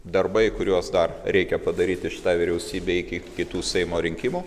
darbai kuriuos dar reikia padaryti šitai vyriausybei iki kitų seimo rinkimų